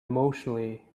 emotionally